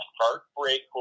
Heartbreak